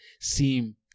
seem